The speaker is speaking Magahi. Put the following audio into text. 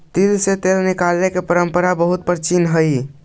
तिल से तेल निकालने की परंपरा बहुत प्राचीन हई